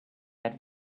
had